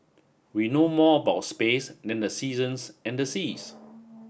we know more about space than the seasons and the seas